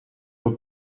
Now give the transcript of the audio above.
were